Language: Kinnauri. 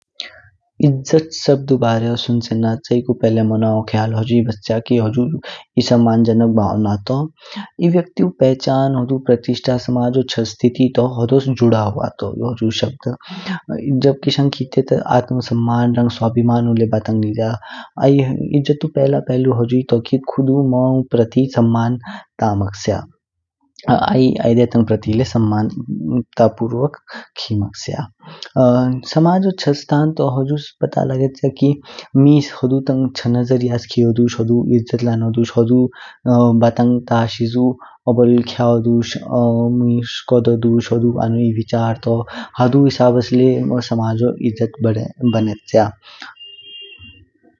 इज्जत शब्दु बाजेरो सुनचेन चाइकू पहले मनानू ख्याल होजी बच्चा की हुझु एक सम्मान जनक भावना तो। ई व्यक्तिउ पहचान होदु प्रतिष्ठा समाजो चः स्थिति तो होदोस जुड़ा हुआ शब्द तो। जब केशांग कहते ता आत्म सम्मान रंग स्वाभिमानु ले बतांग निज्य। आई इज्जतु पहला पहलु होजुई तो की खुद मौ प्रति टमक्षया आई आइदे तांग प्रति ले सम्मानप्रति खेमग्सया। समाजो चः स्थान तो हुझुस पता लगेच्य किमीस हुडु तांग चः नजर्या खेल दु, हुडु इज्जत लानो दु। हुडु बातंग तशीगु ओबोल खेल दु, कदोदु, आंणु विचार दु हुझु हिसाबस ले समाजो इज्जत बनेच्य।